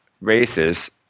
races